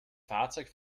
fahrzeug